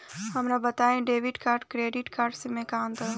हमका बताई debit card और क्रेडिट कार्ड में का अंतर बा?